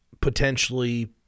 potentially